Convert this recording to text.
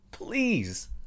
Please